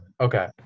Okay